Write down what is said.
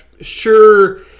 sure